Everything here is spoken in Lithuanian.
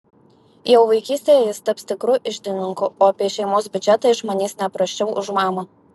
jau vaikystėje jis taps tikru iždininku o apie šeimos biudžetą išmanys ne prasčiau už mamą